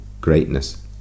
greatness